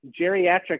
geriatric